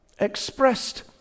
expressed